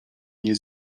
nie